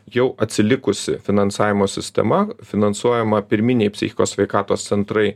jau atsilikusi finansavimo sistema finansuojama pirminiai psichikos sveikatos centrai